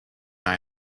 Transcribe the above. than